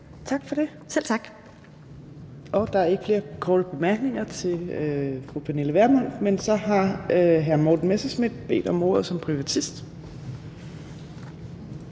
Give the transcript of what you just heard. Tak for det, og der er ikke flere korte bemærkninger fra fru Pernille Vermund. Men så har hr. Morten Messerschmidt bedt om ordet som privatist.